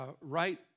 right